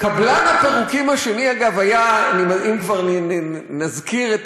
קבלן הפירוקים השני, אגב, אם כבר נזכיר את